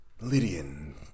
Lydian